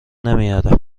نمیاره